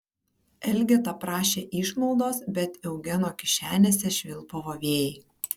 elgeta prašė išmaldos bet eugeno kišenėse švilpavo vėjai